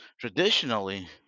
traditionally